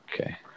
Okay